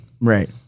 Right